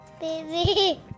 Baby